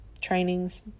trainings